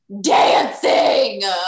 dancing